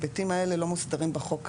ההיבטים האלה לא מוסדרים בחוק הזה.